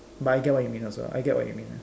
but I get what you mean also I get what you mean lah ya